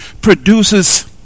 produces